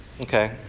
okay